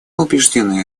убеждены